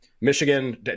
Michigan